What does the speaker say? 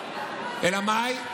אלא מאי?